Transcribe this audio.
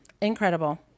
incredible